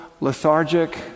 lethargic